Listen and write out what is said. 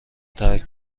ترک